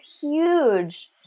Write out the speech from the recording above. huge